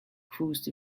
cruised